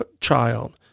child